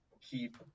keep